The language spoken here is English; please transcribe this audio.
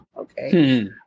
okay